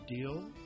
Deal